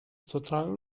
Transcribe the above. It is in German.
total